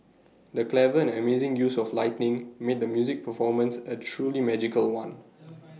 the clever and amazing use of lighting made the music performance A truly magical one